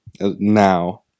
now